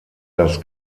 das